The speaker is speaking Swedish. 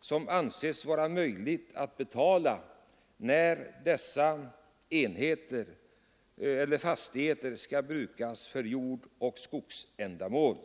som anses vara möjligt att betala när fastigheterna skall användas för jordbruksoch skogsbruksändamål.